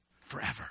forever